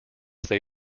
they